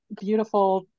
beautiful